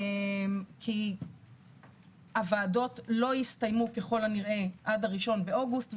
כי הוועדות לא הסתיימו ככל הנראה עד האחד באוגוסט,